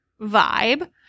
vibe